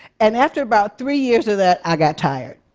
and after about three years of that, i got tired.